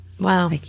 Wow